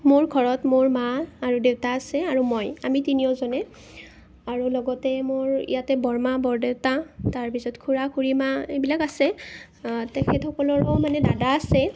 মোৰ ঘৰত মোৰ মা আৰু দেউতা আছে আৰু মই আমি তিনিওজনে আৰু লগতে মোৰ ইয়াতে বৰমা বৰদেউতা তাৰ পিছত খুড়া খুড়ীমা এইবিলাক আছে তেখেতেসকলৰো মানে দাদা আছে